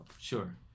sure